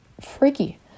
freaky